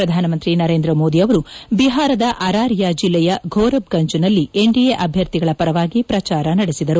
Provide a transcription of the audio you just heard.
ಪ್ರಧಾನಮಂತ್ರಿ ನರೇಂದ್ರ ಮೋದಿ ಅವರು ಬಿಹಾರದ ಅರಾರಿಯ ಜಿಲ್ಲೆಯ ಫೋರಬ್ಗಂಜ್ನಲ್ಲಿಂದು ಎನ್ಡಿಎ ಅಭ್ಯರ್ಥಿಗಳ ಪರವಾಗಿ ಪ್ರಚಾರ ಸಭೆ ನಡೆಸಿದರು